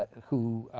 who